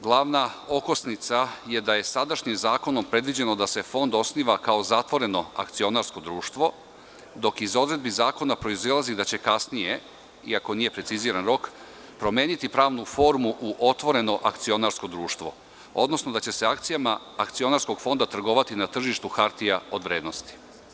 Glavna okosnica je da je sadašnjim zakonom predviđeno da se fond osniva kao zatvoreno akcionarsko društvo, dok iz odredbi zakona proizilazi da će kasnije, iako nije preciziran rok, promeniti pravnu formu u otvoreno akcionarsko društvo, odnosno da će se akcijama Akcionarskog fonda trgovati na tržištu hartija od vrednosti.